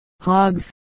hogs